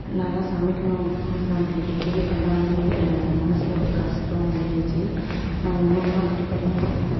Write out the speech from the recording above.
நல்லா சமைக்கணும் நம்பளை இப்படி கேலி பண்ணுறாங்களேன்னு ஒரே மனசுல ஒரு கஸ்டம் இருந்துச்சு நான் ஒன்று ஒன்னாக படிப்படியாக பார்த்து பார்த்து